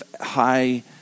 high